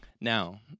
Now